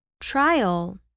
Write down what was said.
trial